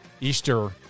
Easter